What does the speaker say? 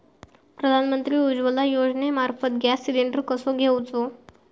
प्रधानमंत्री उज्वला योजनेमार्फत gas cylinder कसो घेऊचो?